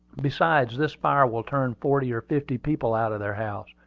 besides, this fire will turn forty or fifty people out of their house,